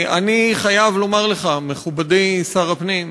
אני חייב לומר לך, מכובדי שר הפנים,